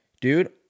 Dude